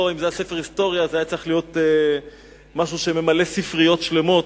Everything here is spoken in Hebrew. אם זה היה ספר היסטוריה זה היה צריך להיות משהו שממלא ספריות שלמות.